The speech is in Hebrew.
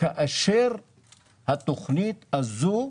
כאשר התכנית הזו,